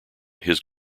his